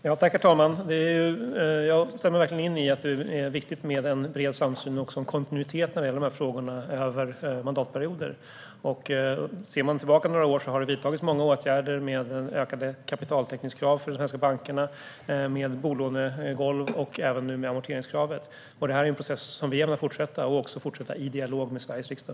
Herr talman! Jag instämmer i att det är viktigt med en bred samsyn och en kontinuitet över mandatperioder när det gäller dessa frågor. Ser man tillbaka några år har det vidtagits många åtgärder, exempelvis ökade kapitaltäckningskrav för svenska banker, bolånegolv och amorteringskrav. Detta är en process som vi vill fortsätta med och i dialog med Sveriges riksdag.